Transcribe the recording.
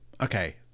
Okay